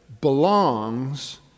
belongs